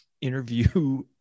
interview